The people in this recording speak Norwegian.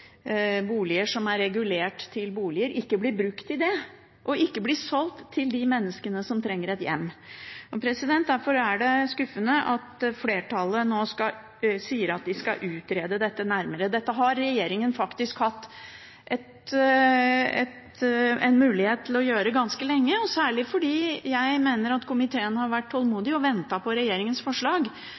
boliger som er regulert til boliger, ikke blir brukt til det, og ikke blir solgt til de menneskene som trenger et hjem. Derfor er det skuffende at flertallet nå sier at de skal utrede dette nærmere. Det har regjeringen faktisk hatt en mulighet til å gjøre ganske lenge, særlig fordi jeg mener at komiteen har vært tålmodig og ventet på regjeringens forslag.